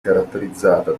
caratterizzata